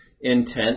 intent